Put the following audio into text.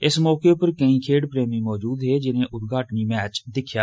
इस मौके पर केई खेड प्रेमी मजूद हे जिनें उद्घाटनी मैच दिक्खेआ